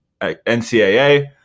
NCAA